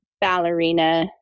ballerina